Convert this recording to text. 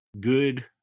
good